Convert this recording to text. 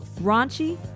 raunchy